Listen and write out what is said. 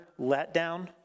letdown